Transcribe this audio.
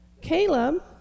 Caleb